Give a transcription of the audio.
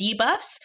debuffs